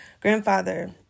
grandfather